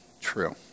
true